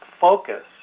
focus